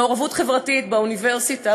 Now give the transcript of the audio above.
מעורבות חברתית באוניברסיטה.